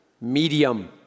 medium